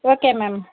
okay ma'am